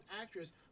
actress